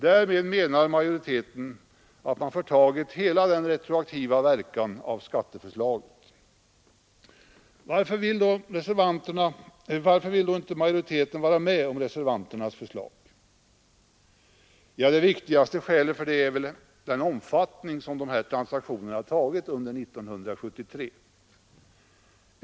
Därmed menar majoriteten att man förtagit hela den retroaktiva negativa verkan av skatteförslaget. Varför vill då utskottsmajoriteten inte vara med om reservanternas förslag? Det viktigaste skälet för detta är den omfattning som dessa transaktioner har fått under 1973.